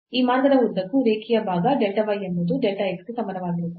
ಆದ್ದರಿಂದ ಈ ಮಾರ್ಗದ ಉದ್ದಕ್ಕೂ ರೇಖೀಯ ಭಾಗ delta y ಎಂಬುದು delta x ಗೆ ಸಮಾನವಾಗಿರುತ್ತದೆ